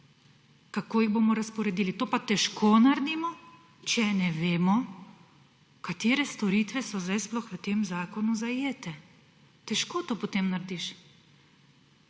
kako jih bomo razporedili. To pa težko naredimo, če ne vemo, katere storitve so zdaj sploh v tem zakonu zajete. Težko to potem narediš.